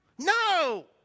No